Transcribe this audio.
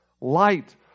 light